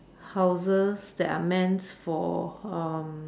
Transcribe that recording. houses that are meant for um